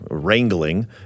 wrangling